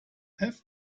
have